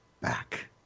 back